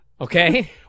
Okay